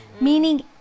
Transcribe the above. Meaning